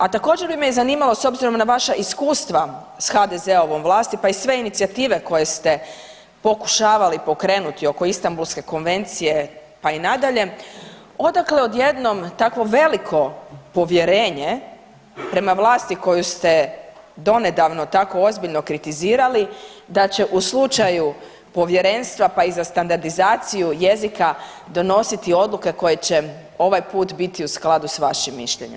A također bi me zanimalo s obzirom na vaša iskustva sa HDZ-ovom vlasti, pa i sve inicijative koje ste pokušavali pokrenuti oko Istanbulske konvencije pa i nadalje odakle odjednom takvo veliko povjerenje prema vlasti koju ste donedavno tako ozbiljno kritizirali, da će u slučaju povjerenstva, pa i za standardizaciju jezika donositi odluke koje će ovaj put biti u skladu sa vašim mišljenjem.